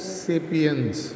sapiens